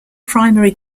primary